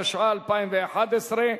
התשע"א 2011,